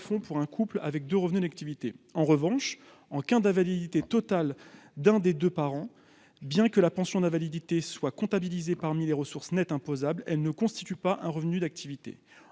pour un couple avec deux revenus d'activité, en revanche en qu'un d'invalidité totale d'un des 2 parents, bien que la pension d'invalidité soit comptabilisés parmi les ressources Net imposable, elle ne constitue pas un revenu d'activité